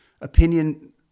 opinion